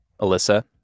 Alyssa